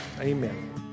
Amen